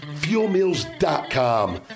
FuelMeals.com